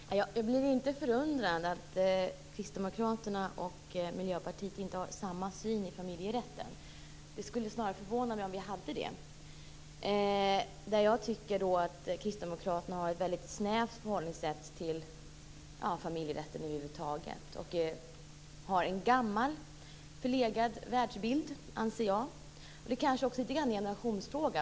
Herr talman! Jag blir inte förundrad över att kristdemokraterna och Miljöpartiet inte har samma syn på familjerätten. Det vore snarare förvånande om vi hade det. Kristdemokraterna har ett väldigt snävt förhållningssätt till familjerätt över huvud taget. Jag anser att man har en gammal och förlegad världsbild. Det är kanske litet grand också en generationsfråga.